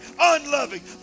unloving